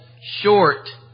short